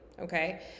Okay